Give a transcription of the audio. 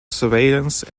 surveillance